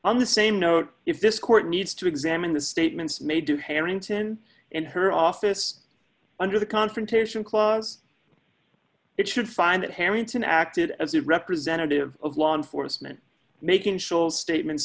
on the same note if this court needs to examine the statements made to harrington and her office under the confrontation clause it should find that harrington acted as a representative of law enforcement making sure statements